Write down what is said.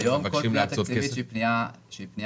היום כל פנייה תקציבית שהיא פנייה חיצונית,